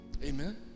Amen